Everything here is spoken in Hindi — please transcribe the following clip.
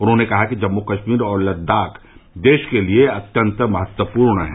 उन्होंने कहा कि जम्मू कश्मीर और लद्दाख देश के लिए बहुत महत्वपूर्ण हैं